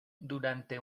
durante